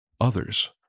others